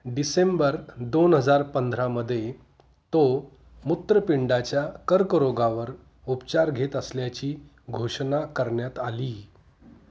डिसेंबर दोन हजार पंधरामध्ये तो मूत्रपिंडाच्या कर्करोगावर उपचार घेत असल्याची घोषणा करण्यात आली